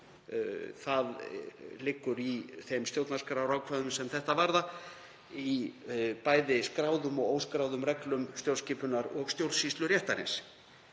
Það liggur í þeim stjórnarskrárákvæðum sem þetta varða í bæði skráðum og óskráðum reglum stjórnskipunar- og stjórnsýsluréttarins